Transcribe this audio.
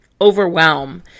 overwhelm